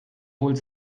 holt